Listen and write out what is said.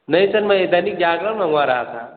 नहीं सर मैं दैनिक जागरण मंगवा रहा था